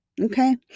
Okay